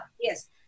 Yes